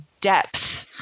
depth